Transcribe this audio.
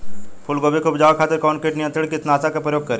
फुलगोबि के उपजावे खातिर कौन कीट नियंत्री कीटनाशक के प्रयोग करी?